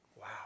Wow